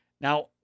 Now